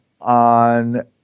on